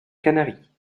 canaries